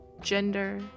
gender